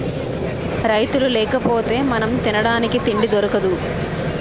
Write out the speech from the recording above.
రైతులు లేకపోతె మనం తినడానికి తిండి దొరకదు